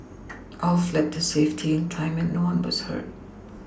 all fled to safety in time and no one was hurt